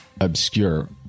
Obscure